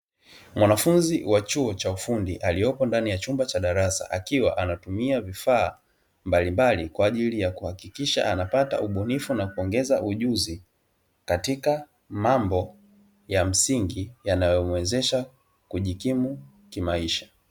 Mwanafunzi wa chuo cha ufundi aliyepo ndani ya chumba cha darasa, akiwa anatumia vifaa mbalimbali kwa ajili ya kuhakikisha anapata ubunifu na kuongeza ujuzi katika mambo ya msingi yanayomwezesha kujikimu kimaisha.